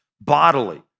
bodily